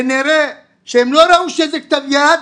כנראה שהם לא ראו שזה כתב יד,